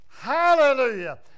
hallelujah